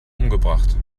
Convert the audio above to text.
umgebracht